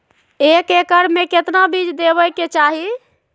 एक एकड़ मे केतना बीज देवे के चाहि?